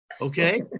Okay